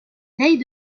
veille